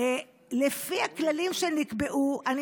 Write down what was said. לפי הכללים שנקבעו, אורית, אורית.